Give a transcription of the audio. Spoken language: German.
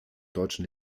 deutschen